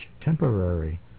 temporary